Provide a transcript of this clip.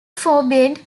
forbade